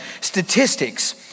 statistics